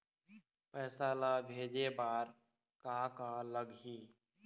पैसा ला भेजे बार का का लगही?